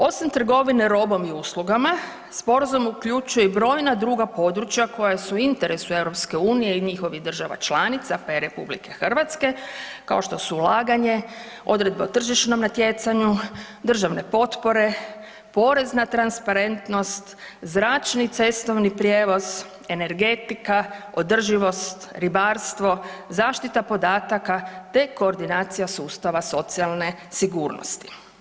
Osim trgovine robom i uslugama, Sporazum uključuje i brojna druga područja koja su u interesu EU i njihovih država članica pa i RH, kao što su ulaganje, odredbe o tržišnom natjecanju, državne potpore, porezna transparentnost, zračni i cestovni prijevoz, energetika, održivost, ribarstvo, zaštita podataka te koordinacija sustava socijalne sigurnosti.